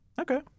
Okay